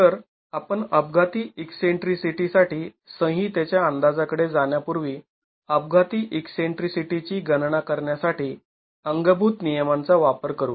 तर आपण अपघाती ईकसेंट्रीसिटीसाठी संहितेच्या अंदाजाकडे जाण्यापूर्वी अपघाती ईकसेंट्रीसिटीची गणना करण्यासाठी अंगभूत नियमांचा वापर करू